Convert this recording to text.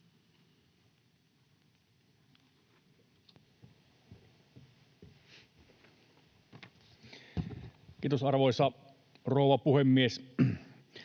Content: Arvoisa rouva puhemies!